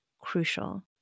crucial